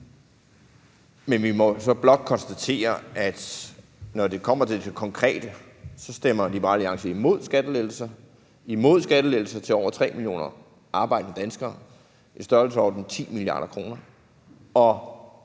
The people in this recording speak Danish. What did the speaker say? Men vi må så blot konstatere, at når det kommer til det konkrete, så stemmer Liberal Alliance imod skattelettelser, imod skattelettelser til over 3 millioner arbejdende danskere i størrelsesordenen over 10 mia. kr. Og